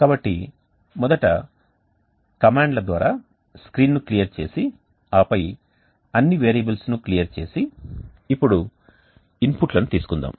కాబట్టి మొదటి కమాండ్ల ద్వారా స్క్రీన్ను క్లియర్ చేసి ఆపై అన్ని వేరియబుల్స్ను క్లియర్ చేసి ఇప్పుడు ఇన్పుట్లను తీసుకుందాం